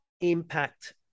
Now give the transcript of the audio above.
impact